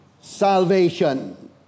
salvation